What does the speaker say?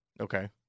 Okay